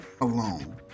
alone